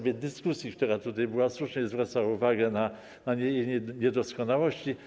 W dyskusji, która tutaj była, słusznie zwracano uwagę na jej niedoskonałości.